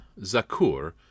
Zakur